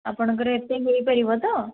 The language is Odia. ଆପଣଙ୍କର ଏତେ ହେଇପାରିବ ତ